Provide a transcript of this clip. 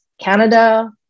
Canada